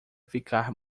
ficar